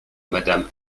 madame